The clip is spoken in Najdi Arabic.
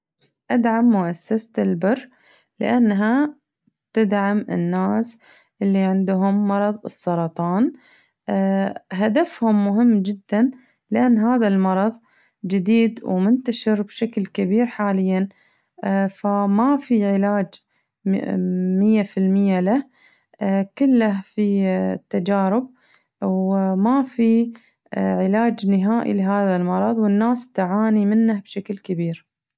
أدعم مؤسسة البلا لأنها تدعم الناس اللي معاهم مرض السرطان هدفهم مهم جداً لأن هذا المرض جديد ومنتشر بشكل كبير حالياً فما في علاج مية في المية له كله في تجارب وما في علاج نهائي لهذا المرض والناس تعاني منه بشكل كبير.